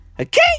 okay